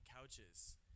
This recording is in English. couches